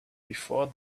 before